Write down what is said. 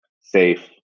safe